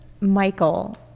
Michael